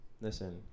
listen